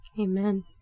Amen